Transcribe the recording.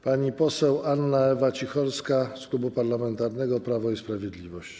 Pani poseł Anna Ewa Cicholska z Klubu Parlamentarnego Prawo i Sprawiedliwość.